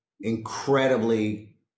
incredibly